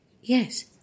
Yes